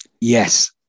Yes